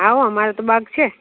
હા હોં અમારે તો બાગ છે